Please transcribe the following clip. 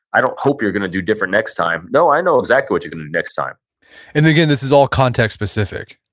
i don't hope you're going to do different next time. no, i know exactly what you're going to do next time and again, this is all context specific?